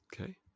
Okay